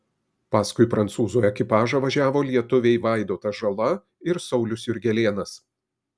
paskui prancūzų ekipažą važiavo lietuviai vaidotas žala ir saulius jurgelėnas